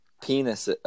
penis